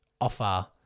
offer